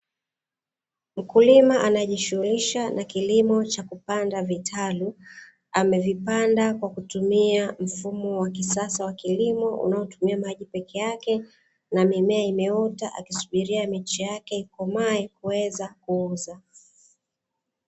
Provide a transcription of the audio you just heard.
Mkulima anajishughulisha na kilimo cha kupanda vitalu, amevipanda kwa kutumia mfumo wa kisasa wa kilimo unaotumia maji pekee yake, na mimea imeota akisubiria miche yake ikomaee kuweza kuuza.